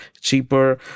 cheaper